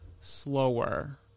slower